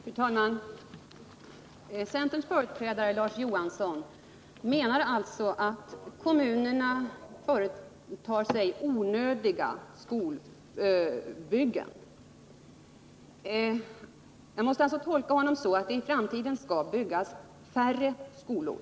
Fru talman! Centerns företrädare Larz Johansson menar alltså att kommunerna har satt i gång onödiga skolbyggen. Jag måste då tolka honom så att det i framtiden skall byggas färre skolor.